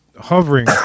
hovering